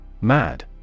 Mad